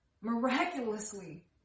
miraculously